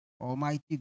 Almighty